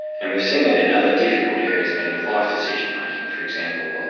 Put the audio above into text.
and we've seen that in other difficult areas of end-of-life decision making for example,